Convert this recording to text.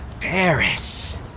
Paris